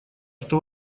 что